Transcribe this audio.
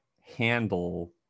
handle